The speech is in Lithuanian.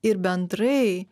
ir bendrai